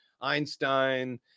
Einstein